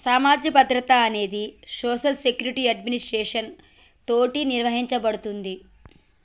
సామాజిక భద్రత అనేది సోషల్ సెక్యురిటి అడ్మినిస్ట్రేషన్ తోటి నిర్వహించబడుతుంది